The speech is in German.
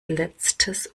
letztes